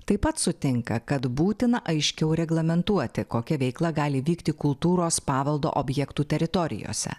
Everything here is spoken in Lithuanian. taip pat sutinka kad būtina aiškiau reglamentuoti kokia veikla gali vykti kultūros paveldo objektų teritorijose